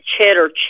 cheddar